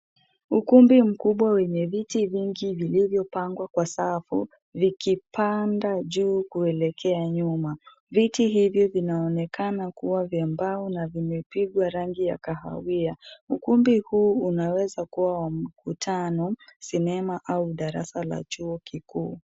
Ukumbi mkubwa wenye viti vingi vilivyopangwa kwa safu vikipanda juu kuelekea nyuma. Viti hivi vinaonekana kuwa vya mbao na vimepigwa rangi ya kahawia. Ukumbi huu unaweza kuwa wa mkutano, sinema au darasa la chuo kikuu.